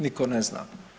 Niko ne zna.